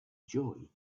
joy